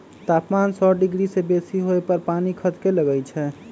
तापमान सौ डिग्री से बेशी होय पर पानी खदके लगइ छै